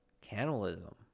cannibalism